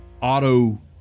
auto